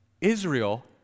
Israel